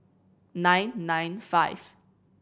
nine nine five